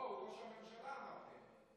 לא, הוא ראש הממשלה, אמרתם.